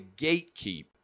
gatekeep